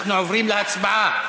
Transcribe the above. אנחנו עוברים להצבעה